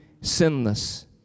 sinless